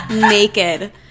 naked